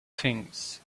things